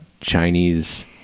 chinese